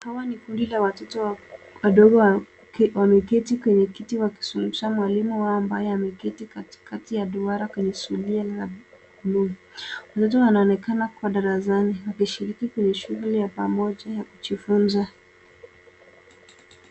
Hawa ni kundi la watoto wadogo wameketi waki mwalimu wao ambaye ameketi katikati ya duara kwenye zulia ya bluu. Mmoja anaonekana kwa darasani akishiriki kwenye shughuli ya pamoja ya kujifunza.